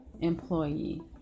employee